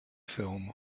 film